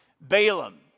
Balaam